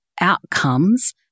outcomes